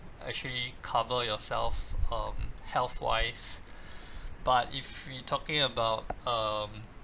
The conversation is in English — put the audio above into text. actually cover yourself um health wise but if we talking about um